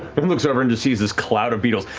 and looks over and just sees this cloud of beetles